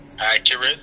accurate